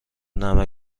نمکـ